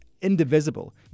indivisible